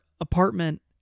apartment